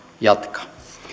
jatkaa